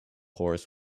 horse